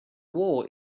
war